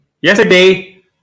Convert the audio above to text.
Yesterday